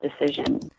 decision